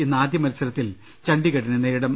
ഇന്ന് ആദ്യമത്സരത്തിൽ ചണ്ഡീഗഡിനെ നേരിടും